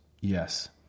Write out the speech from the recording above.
Yes